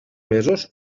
mesos